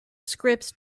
scripts